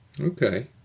Okay